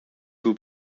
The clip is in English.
who